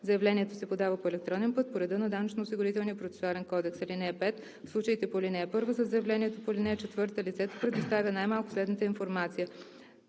Заявлението се подава по електронен път по реда на Данъчно-осигурителния процесуален кодекс. (5) В случаите по ал. 1 със заявлението по ал. 4 лицето предоставя най-малко следната информация: